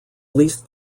least